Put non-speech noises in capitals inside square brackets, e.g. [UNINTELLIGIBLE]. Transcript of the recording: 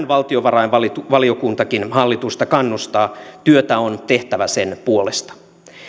[UNINTELLIGIBLE] valtiovarainvaliokuntakin hallitusta kannustaa työtä on tehtävä sen puolesta